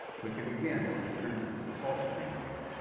click it again to return to the default screen view.